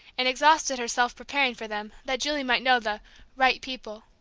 and exhausted herself preparing for them, that julie might know the right people.